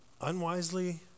Unwisely